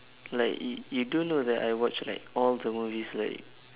like you you do know that I watched like all the movies like